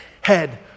Head